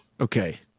okay